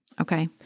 Okay